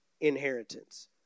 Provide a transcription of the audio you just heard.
inheritance